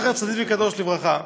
זכר צדיק וקדוש לברכה,